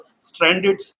stranded